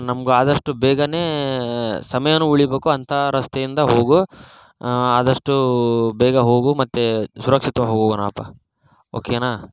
ನಮ್ಗೆ ಆದಷ್ಟು ಬೇಗ ಸಮಯ ಉಳಿಬೇಕು ಅಂಥಾ ರಸ್ತೆಯಿಂದ ಹೋಗು ಆದಷ್ಟು ಬೇಗ ಹೋಗು ಮತ್ತು ಸುರಕ್ಷಿತವಾಗಿ ಹೋಗೋಣಪ್ಪಾ ಓ ಕೆನಾ